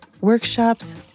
workshops